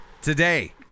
today